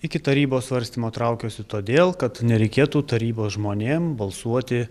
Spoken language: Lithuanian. iki tarybos svarstymo traukiuosi todėl kad nereikėtų tarybos žmonėm balsuoti